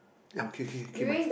ya okay okay K my